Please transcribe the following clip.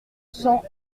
cents